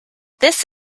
this